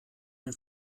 den